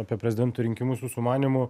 apie prezidento rinkimus jūsų manymu